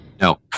No